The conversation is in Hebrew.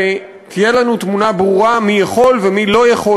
שתהיה לנו תמונה ברורה מי יכול ומי לא יכול